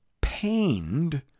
pained